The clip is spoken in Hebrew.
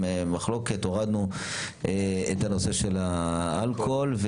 מחלוקת הורדנו את הנושא של האלכוהול,